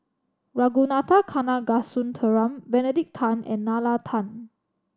Ragunathar Kanagasuntheram Benedict Tan and Nalla Tan